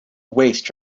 waste